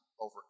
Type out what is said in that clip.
over